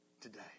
today